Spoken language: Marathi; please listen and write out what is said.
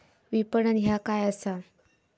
विपणन ह्या काय असा?